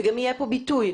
גם יהיה כאן ביטוי,